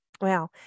Wow